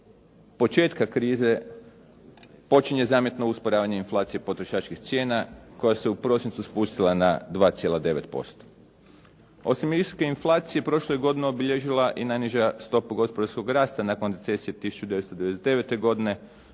početka krize, počinje zamjetno usporavanje inflacije potrošačkih cijena koja se u prosincu spustila na 2,9%. Osim visoke inflacije prošle godine je obilježila i najniža stopa gospodarskog rasta nakon 1999. godine